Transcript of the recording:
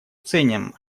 ценим